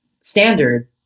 standard